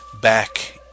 back